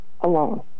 alone